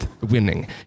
winning